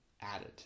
added